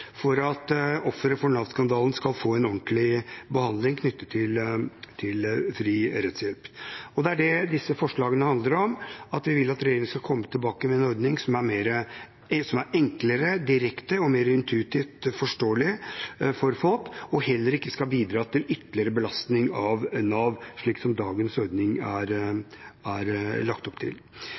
for at ofre for Nav-skandalen skal få en ordentlig behandling knyttet til fri rettshjelp. Det er det disse forslagene handler om, at vi vil at regjeringen skal komme tilbake med en ordning som er enklere, direkte og mer intuitivt forståelig for folk, og som heller ikke skal bidra til ytterligere belastning av Nav, slik dagens ordning er lagt opp til.